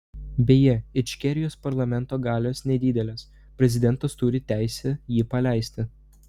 beje ičkerijos parlamento galios nedidelės prezidentas turi teisę jį paleisti